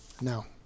Now